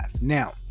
Now